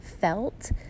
felt